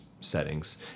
settings